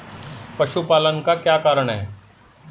पशुपालन का क्या कारण है?